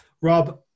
Rob